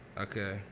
Okay